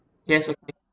yes okay